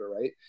right